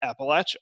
Appalachia